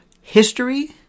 history